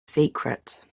secret